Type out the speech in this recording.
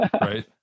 Right